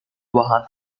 باهم